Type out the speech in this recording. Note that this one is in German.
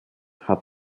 hat